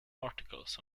articles